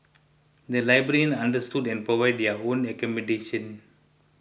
the librarians understood and provided their own accommodation